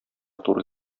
туры